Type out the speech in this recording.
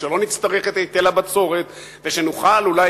שלא נצטרך את היטל הבצורת ונוכל אולי